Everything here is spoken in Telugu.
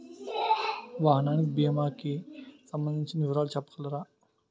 వాహనానికి భీమా కి సంబందించిన వివరాలు చెప్పగలరా?